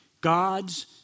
God's